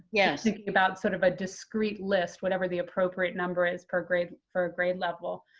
yeah thinking about sort of a discreet list, whatever the appropriate number is per grade for grade level,